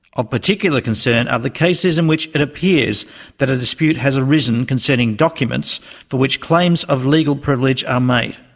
of particular concern are the cases in which it appears that a dispute has arisen concerning documents for which claims of legal privilege are made.